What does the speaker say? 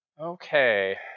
okay